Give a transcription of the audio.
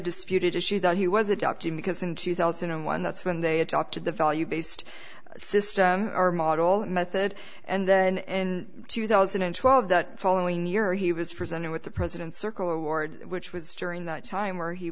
disputed issue that he was adopting because in two thousand and one that's when they adopted the value based system or model method and then in two thousand and twelve the following year he was presented with the president circle award which was during the time where he